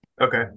okay